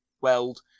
weld